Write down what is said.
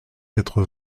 quatre